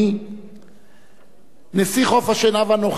נשיא חוף-השנהב הנוכחי, מר אלאסן אואטארה,